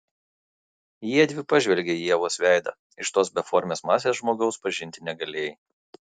jiedvi pažvelgė į ievos veidą iš tos beformės masės žmogaus pažinti negalėjai